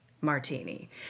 martini